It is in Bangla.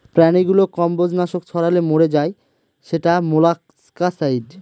প্রাণীগুলো কম্বজ নাশক ছড়ালে মরে যায় সেটা মোলাস্কাসাইড